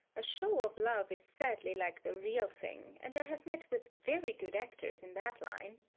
a show of love is sadly like the real thing, and i have met with very good actors in that line.